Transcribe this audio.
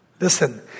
Listen